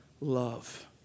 love